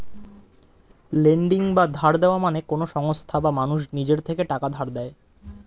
lending বা ধার দেওয়া মানে কোন সংস্থা বা মানুষ নিজের থেকে টাকা ধার দেয়